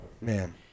Man